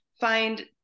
find